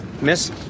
Miss